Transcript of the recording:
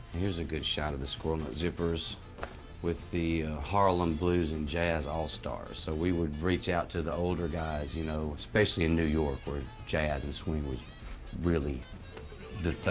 here's a good shot of the squirrel nut zippers with the harlem blues and jazz all-stars. so we would reach out to the older guys you know especially in new york where jazz and swing was really the